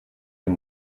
dem